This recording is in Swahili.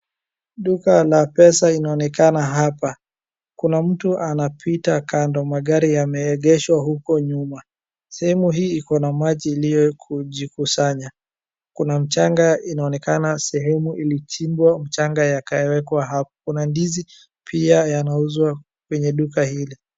Duka na pesa inaonekana hapa. Kuna mtu anapita kando magari yemeegeshwa uko nyuma. Sehemu hii iko na maji iliyojikusanya kuna mchanga inaonekana sehemu ilichimbwa mchanga yakawekwa hapo. Kuna ndizi pia yanauzwa kwenye duka hili.